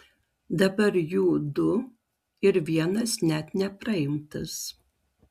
dabar jų du ir vienas net nepraimtas